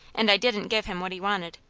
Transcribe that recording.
and i didn't give him what he wanted.